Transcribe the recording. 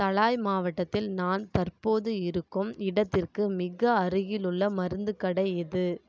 தலாய் மாவட்டத்தில் நான் தற்போது இருக்கும் இடத்திற்கு மிக அருகிலுள்ள மருந்துக் கடை எது